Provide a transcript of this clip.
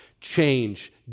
change